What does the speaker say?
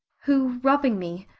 who, robbing me,